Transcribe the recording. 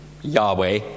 Yahweh